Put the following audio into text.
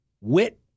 wit